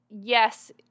Yes